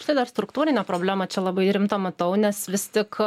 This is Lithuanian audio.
aš tai dar struktūrinę problemą čia labai rimtą matau nes vis tik